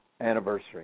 anniversary